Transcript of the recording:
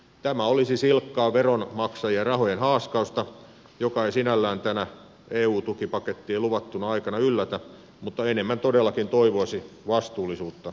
tämä olisi silkkaa veronmaksajien rahojen haaskausta mikä ei sinällään tänä eu tukipakettien luvattuna aikana yllätä mutta enemmän todellakin toivoisi vastuullisuutta hallitukselta